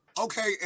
Okay